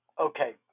okay